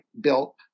built